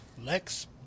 Lex